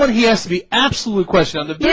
ah yes the absolute question and the